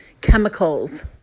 chemicals